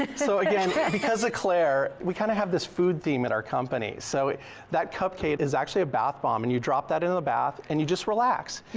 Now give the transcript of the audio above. so again because eclair, we kind of have this food theme in our company, so that cupcake is actually a bath bomb, and you drop that in the bath, and you just relax.